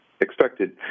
expected